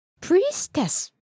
Priestess